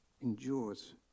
endures